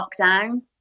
lockdown